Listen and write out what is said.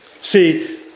See